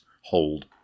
hold